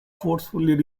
forcefully